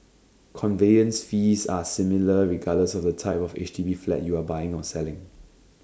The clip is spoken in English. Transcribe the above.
conveyance fees are similar regardless of the type of H D B flat you are buying or selling